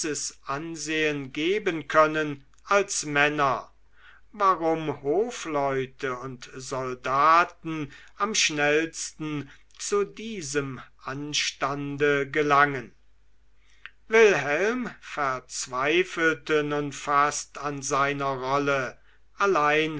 ansehen geben können als männer warum hofleute und soldaten am schnellsten zu diesem anstande gelangen wilhelm verzweifelte nun fast an seiner rolle allein